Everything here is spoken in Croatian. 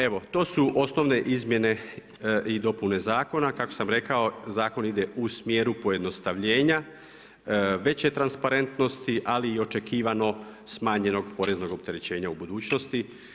Evo to su osnovne izmjene i dopune zakona, kako sam rekao zakon ide u smjeru pojednostavljenja, veće transparentnosti, ali i očekivano smanjenog poreznog opterećenja u budućnosti.